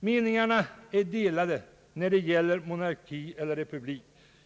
Meningarna är delade när det gäller monarki eller republik.